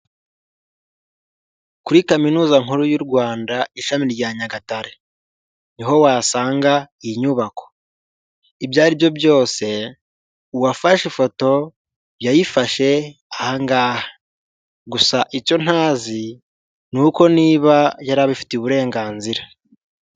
Kuri kaminuza nkuru y'u Rwanda ishami rya Nyagatare niho wasanga iyi nyubako ibyo aribyo byose uwafashe ifoto yayifashe aha ngaha gusa icyo ntazi ni uko niba yari abifitiye uburenganzira.